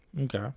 Okay